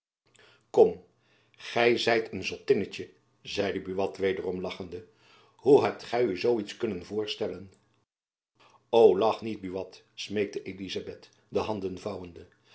kom gy zijt een zottinnetjen zeide buat wederom lachende hoe hebt gy u zoo iets kunnen voorstellen o lach niet buat smeekte elizabeth de handen vouwende